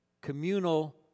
communal